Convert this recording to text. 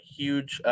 huge